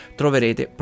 troverete